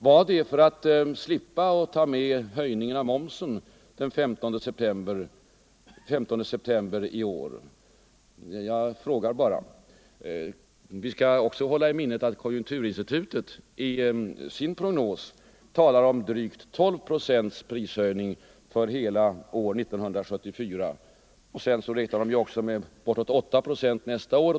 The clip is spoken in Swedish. Var det för att slippa ta med höjningen av momsen den 15 september i år? Jag frågar bara. Vi skall också hålla i minnet att konjunkturinstitutet i sin prognos talar om en prisstegring på drygt 12 procent. Sedan räknar man med en ytterligare prisstegring på bortåt 8 procent nästa år.